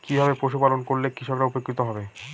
কিভাবে পশু পালন করলেই কৃষকরা উপকৃত হবে?